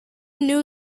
knew